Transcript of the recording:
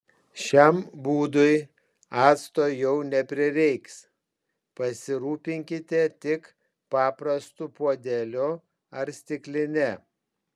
šiam būdui acto jau neprireiks pasirūpinkite tik paprastu puodeliu ar stikline